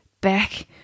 back